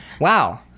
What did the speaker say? wow